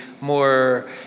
more